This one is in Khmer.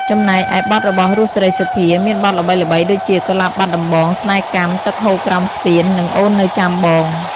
ចំណែកឯបទរបស់ រស់ សេរីសុទ្ធា មានបទល្បីៗដូចជា កុលាបបាត់ដំបង ស្នេហ៍កម្ម ទឹកហូរក្រោមស្ពាន និងអូននៅចាំបង។